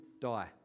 die